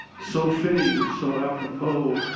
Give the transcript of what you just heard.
so fitting, so apropos